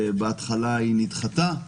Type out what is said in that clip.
בהתחלה היא נדחתה,